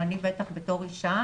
ואני בטח כאישה,